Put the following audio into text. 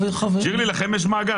לכם יש מאגר,